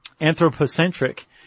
anthropocentric